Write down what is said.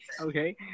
Okay